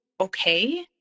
okay